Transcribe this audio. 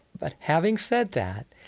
but having said that,